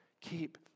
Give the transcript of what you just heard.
Keep